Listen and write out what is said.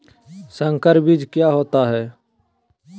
संकर बीज क्या होता है?